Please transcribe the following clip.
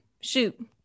shoot